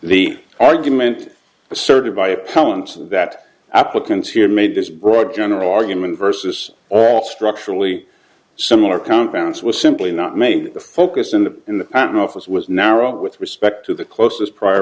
appellant that applicants here made this broad general argument versus off structurally similar compounds was simply not made the focus in the in the patent office was narrow with respect to the closest prior